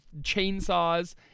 chainsaws